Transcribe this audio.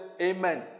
amen